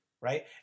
right